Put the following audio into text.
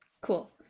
Cool